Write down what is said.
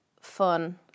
fun